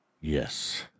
yes